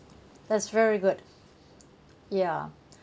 that's very good ya